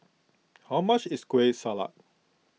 how much is Kueh Salat